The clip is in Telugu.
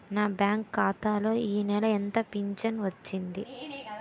నా బ్యాంక్ ఖాతా లో ఈ నెల ఎంత ఫించను వచ్చింది?